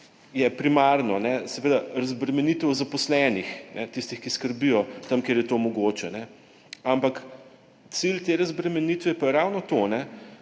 je primarno seveda razbremenitev zaposlenih, tistih, ki skrbijo tam, kjer je to mogoče. Ampak cilj te razbremenitve pa je ravno to,